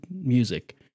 music